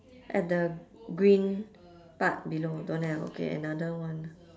at the green part below don't have okay another one